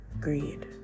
Greed